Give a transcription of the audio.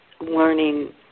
learning